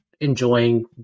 enjoying